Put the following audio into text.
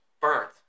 burnt